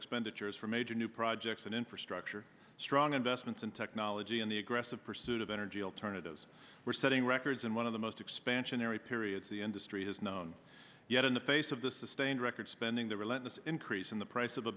expenditures for major new projects and infrastructure strong investments in technology and the aggressive pursuit of energy alternatives we're setting records and one of the most expansionary periods the industry has known yet in the face of the sustained record spending the relentless increase in the price of